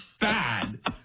bad